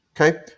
okay